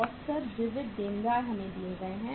औसत विविध देनदार हमें दिए गए हैं